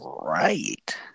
right